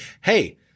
hey –